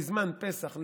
בזמן פסח.